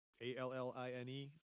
A-L-L-I-N-E